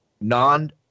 non